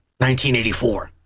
1984